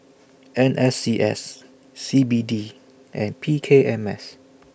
N S C S C B D and P K M S